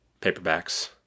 paperbacks